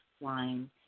line